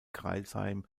crailsheim